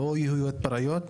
לא יהיו התפרעויות,